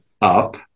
up